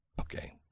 Okay